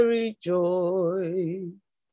rejoice